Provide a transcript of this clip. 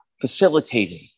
facilitating